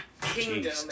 kingdom